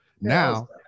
now